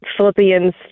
Philippians